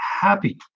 happy